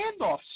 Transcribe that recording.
handoffs